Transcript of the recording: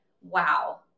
wow